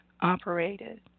operated